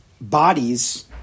bodies